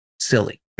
silly